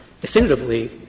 definitively